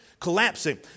Collapsing